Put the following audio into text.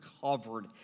covered